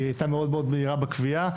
היא הייתה מאוד מאוד מהירה בקביעה,